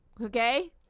Okay